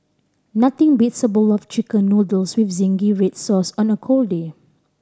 nothing beats a bowl of Chicken Noodles with zingy red sauce on a cold day